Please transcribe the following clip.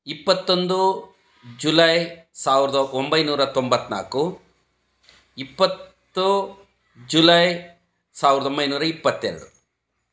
ಇಪ್ಪತ್ತೊಂದು ಜುಲೈ ಸಾವಿರದ ಒಂಬೈನೂರ ತೊಂಬತ್ನಾಲ್ಕು ಇಪ್ಪತ್ತು ಜುಲೈ ಸಾವಿರದ ಒಂಬೈನೂರ ಇಪ್ಪತ್ತೆರಡು